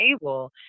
table